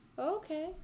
okay